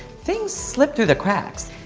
things slip through the cracks.